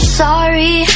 sorry